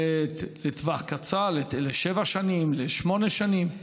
לטווח קצר, לשבע שנים, לשמונה שנים.